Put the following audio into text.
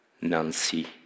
Nancy